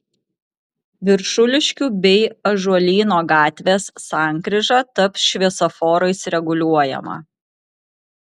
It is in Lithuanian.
viršuliškių bei ąžuolyno gatvės sankryža taps šviesoforais reguliuojama